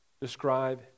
describe